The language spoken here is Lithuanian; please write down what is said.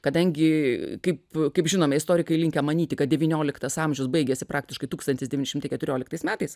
kadangi kaip kaip žinome istorikai linkę manyti kad devynioliktas amžius baigėsi praktiškai tūkstantis devyni šimtai keturioliktais metais